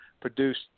produced